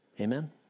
Amen